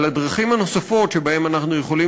על הדרכים הנוספות שבהן אנחנו יכולים